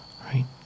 right